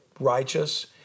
righteous